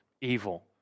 evil